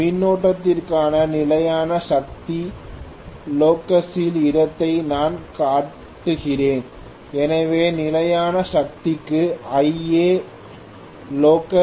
மின்னோட்டத்திற்கான நிலையான சக்தி லோகஸின் இடத்தை நான் காட்டுகிறேன் எனவே நிலையான சக்திக்கு Ia லோகஸ்